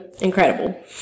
incredible